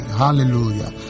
hallelujah